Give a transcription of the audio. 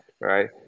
right